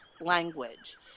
language